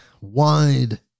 wide